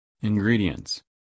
Ingredients